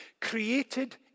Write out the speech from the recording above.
Created